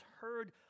heard